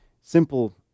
simple